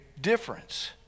difference